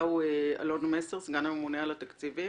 אלון מסר, סגן הממונה על התקציבים